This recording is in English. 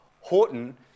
Horton